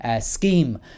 scheme